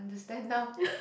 the stand now